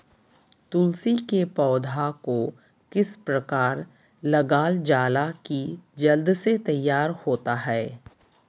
तुलसी के पौधा को किस प्रकार लगालजाला की जल्द से तैयार होता है?